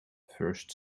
first